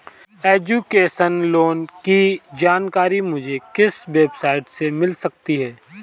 Education loan की जानकारी मुझे किस वेबसाइट से मिल सकती है?